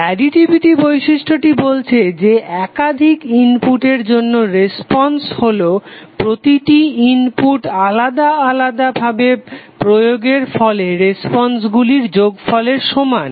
additivity বৈশিষ্ট্যটি বলছে যে একাধিক ইনপুটের জন্য রেসপন্স হলো প্রতিটি ইনপুট আলাদা আলাদা ভাবে প্রয়োগের ফলে রেসপন্স গুলির যোগফলের সঙ্গে সমান